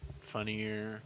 Funnier